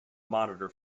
monitor